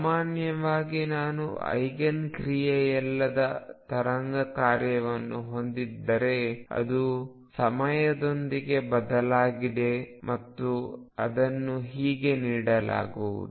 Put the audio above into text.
ಸಾಮಾನ್ಯವಾಗಿ ನಾನು ಐಗನ್ ಕ್ರಿಯೆಯಲ್ಲದ ತರಂಗ ಕಾರ್ಯವನ್ನು ಹೊಂದಿದ್ದರೆ ಅದು ಸಮಯದೊಂದಿಗೆ ಬದಲಾಗಲಿದೆ ಮತ್ತು ಅದನ್ನು ಹೀಗೆ ನೀಡಲಾಗುವುದು